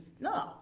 No